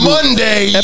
Monday